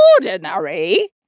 Ordinary